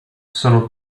sono